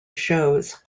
shows